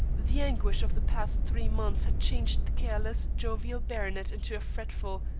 the anguish of the past three months had changed the careless, jovial baronet into a fretful,